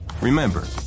Remember